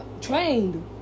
Trained